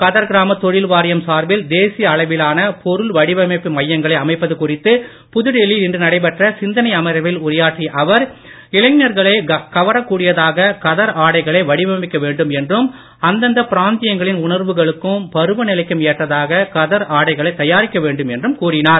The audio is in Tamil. கதர் கிராம தொழில்வாரியம் சார்பில் தேசிய அளவிலான பொருள் வடிவமைப்பு மையங்களை அமைப்பது குறித்து புதுடெல்லியில் இன்று நடைபெற்ற சிந்தனை அமர்வில் உரையாற்றிய அவர் இளைஞர்களை கவரக் கூடியதாக கதர் ஆடைகளை வடிவமைக்க வேண்டும் என்றும் அந்தந்த பிராந்தியங்களின் உணர்வுகளுக்கும் பருவநிலைக்கும் ஏற்றதாக கதர் ஆடைகளை தயாரிக்க வேண்டும் என்றும் கூறினார்